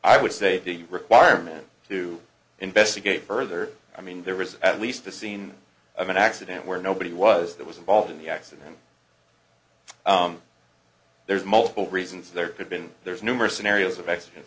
i would say the requirement to investigate further i mean there was at least the scene of an accident where nobody was that was involved in the accident there's multiple reasons there have been there's numerous scenarios of